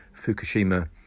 Fukushima